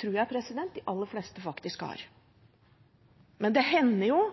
tror jeg de aller fleste faktisk har. Men det hender jo